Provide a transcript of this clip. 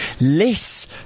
less